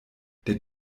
der